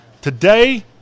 today